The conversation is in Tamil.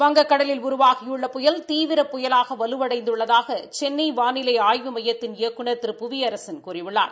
வங்கக்கடலில் உருவாகியுள்ள புயல் தீவிர புயலாக வலுவடைந்துள்ளதாக சென்னை வானிலை ஆய்வு மையத்தின் இயக்குநர் திரு புவியரசன் கூறியுள்ளார்